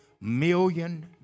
million